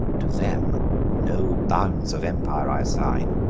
to them no bounds of empire i assign,